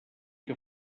que